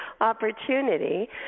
opportunity